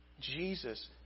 Jesus